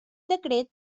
decret